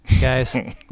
guys